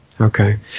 Okay